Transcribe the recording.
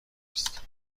نیست